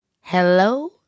Hello